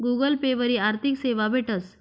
Google Pay वरी आर्थिक सेवा भेटस